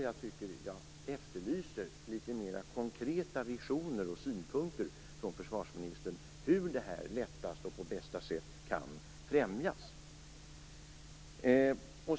Jag efterlyser litet mera konkreta visioner och synpunkter från försvarsministern om hur detta lättast och på bästa sätt kan främjas.